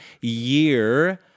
year